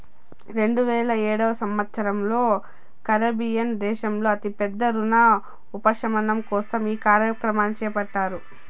రెండువేల ఏడవ సంవచ్చరంలో కరేబియన్ దేశాల్లో అతి పెద్ద రుణ ఉపశమనం కోసం ఈ కార్యక్రమం చేపట్టారు